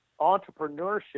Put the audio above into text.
entrepreneurship